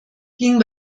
ging